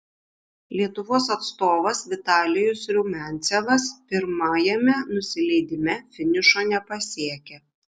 lietuvos atstovas vitalijus rumiancevas pirmajame nusileidime finišo nepasiekė